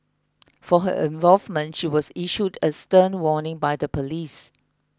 for her involvement she was issued a stern warning by the police